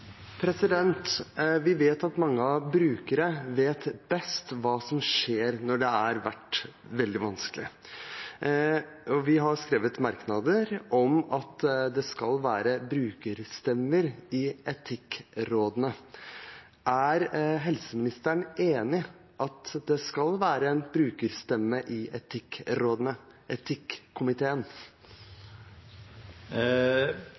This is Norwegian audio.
Vi har skrevet merknader om at det skal være en brukerstemme i etikkomiteene. Er helseministeren enig i at det skal være en brukerstemme i etikkomiteene? Jeg er også opptatt av at brukerstemmen skal være representert. I